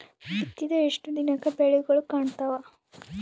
ಬಿತ್ತಿದ ಎಷ್ಟು ದಿನಕ ಬೆಳಿಗೋಳ ಕಾಣತಾವ?